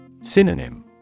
Synonym